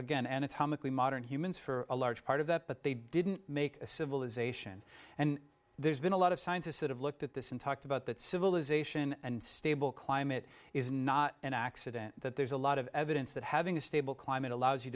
atomically modern humans for a large part of that but they didn't make a civilization and there's been a lot of scientists that have looked at this and talked about that civilization and stable climate is not an accident that there's a lot of evidence that having a stable climate allows you